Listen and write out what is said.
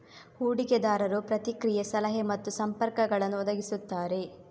ಹೂಡಿಕೆದಾರರು ಪ್ರತಿಕ್ರಿಯೆ, ಸಲಹೆ ಮತ್ತು ಸಂಪರ್ಕಗಳನ್ನು ಒದಗಿಸುತ್ತಾರೆ